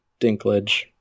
Dinklage